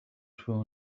true